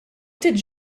ftit